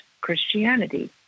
Christianity